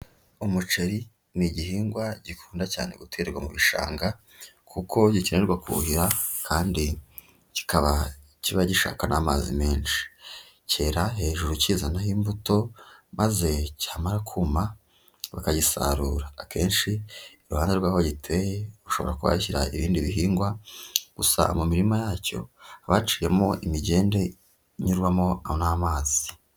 Umuceri ni igihingwa gikunda cyane guterwa mu bishanga kuko gikenerwa kuhira kandi kikaba kiba gishaka n'amazi menshi. Cyera hejuru kizanaho imbuto, maze cyamara kuma bakagisarura. Akenshi iruhande rwaho giteye, ushobora kuhashyira ibindi bihingwa, gusa mu mirima yacyo haba haciyemo imigende inyurwamo n'amazi.